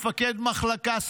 מפקד מחלקה,